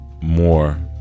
more